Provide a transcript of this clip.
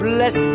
Bless